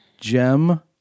Gem